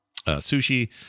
sushi